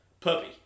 puppy